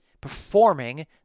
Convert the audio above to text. performing